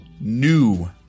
new